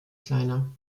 kleiner